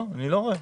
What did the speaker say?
לא, אני לא רואה.